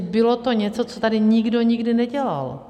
Bylo to něco, co tady nikdy nikdo nedělal.